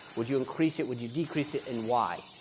would you increase it, would you decrease it, and why?